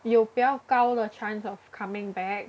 有比较高的 chance of coming back